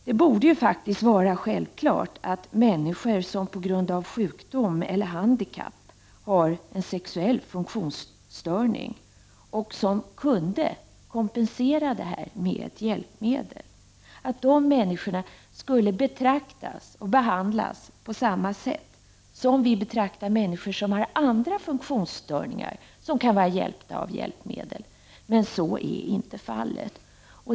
Det borde vara självklart att människor som på grund av sjukdom eiler handikapp har en sexuell funktionsstörning men som kan kompensera detta med ett hjälpmedel, skall betraktas och behandlas på samma sätt som vi betraktar människor med andra funktionsstörningar som kan lindras av hjälpmedel. Men så är inte fallet.